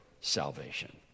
salvation